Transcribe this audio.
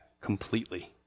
completely